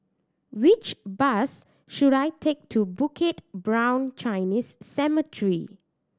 which bus should I take to Bukit Brown Chinese Cemetery